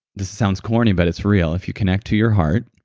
this sounds corny but it's real, if you connect to your heart,